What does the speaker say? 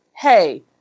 hey